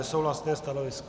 Nesouhlasné stanovisko.